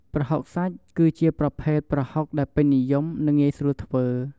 ប្រហុកសាច់ គឺជាប្រភេទប្រហុកដែលពេញនិយម និងងាយស្រួលធ្វើ។